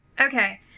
Okay